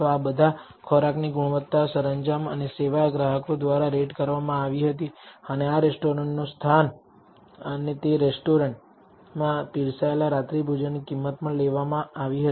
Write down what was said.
આ બધાં ખોરાકની ગુણવત્તા સરંજામ અને સેવા ગ્રાહકો દ્વારા રેટ કરવામાં આવી હતી અને આ રેસ્ટોરેન્ટનું સ્થાન અને તે રેસ્ટોરેન્ટમાં પીરસાયેલા રાત્રિભોજનની કિંમત પણ લેવામાં આવી હતી